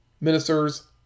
ministers